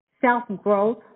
self-growth